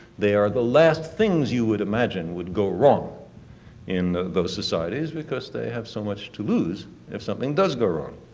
they are the last things you would imagine would go wrong in those societies because they have so much to lose if something does go wrong.